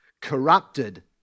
corrupted